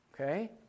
Okay